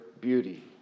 beauty